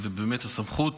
באמת, הסמכות